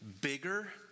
bigger